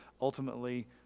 ultimately